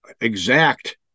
exact